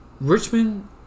Richmond